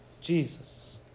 Jesus